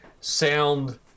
sound